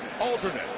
Alternate